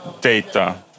data